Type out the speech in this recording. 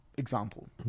Example